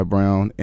Brown